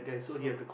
so